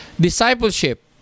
discipleship